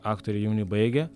aktoriai jauni baigia